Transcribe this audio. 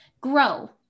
grow